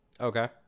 Okay